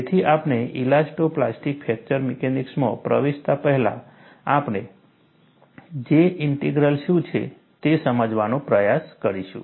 તેથી આપણે elasto plastic fracture મિકેનિક્સમાં પ્રવેશતા પહેલા આપણે J ઇન્ટિગ્રલ શું છે તે સમજવાનો પ્રયાસ કરીશું